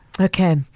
Okay